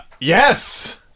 Yes